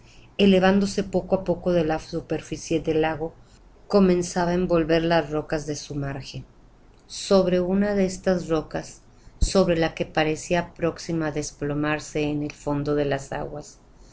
elevándose poco á poco de la superficie del lago comenzaba á envolver las rocas de su margen sobre una de estas rocas sobre una que parecía próxima á desplomarse en el fondo de las aguas